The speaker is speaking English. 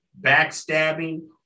backstabbing